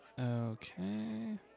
Okay